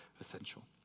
essential